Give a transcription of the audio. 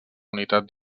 unitat